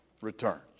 returns